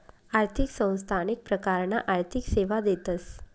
आर्थिक संस्था अनेक प्रकारना आर्थिक सेवा देतस